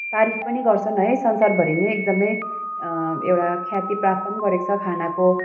तारिफ पनि गर्छन् है संसारभरि नै एकदमै एउटा ख्याति प्राप्त पनि गरेको छ खानाको